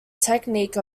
technique